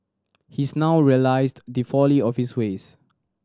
he's now realised the folly of his ways